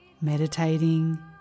meditating